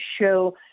show